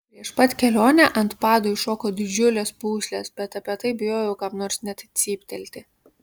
prieš pat kelionę ant padų iššoko didžiulės pūslės bet apie tai bijojau kam nors net cyptelti